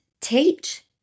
teach